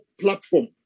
platform